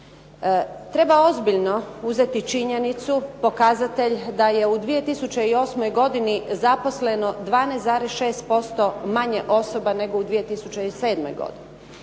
Treba ozbiljno uzeti činjenicu, pokazatelj da je u 2008. godini zaposleno 12,6% manje osoba nego u 2007. godini.